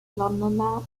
londoner